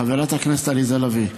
חברת הכנסת עליזה לביא,